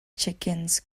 chickens